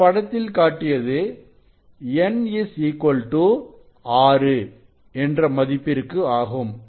இங்கு படத்தில் காட்டியது N 6 என்ற மதிப்பிற்கு ஆகும்